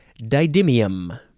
didymium